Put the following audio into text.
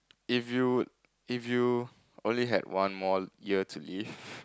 if you'd if you only had one more year to live